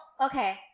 okay